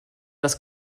das